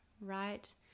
right